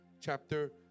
chapter